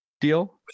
deal